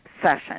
Session